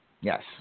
yes